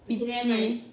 pitchu